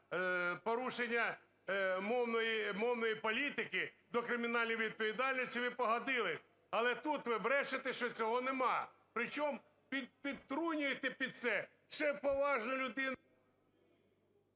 підтрунюєте під це ще поважну людину...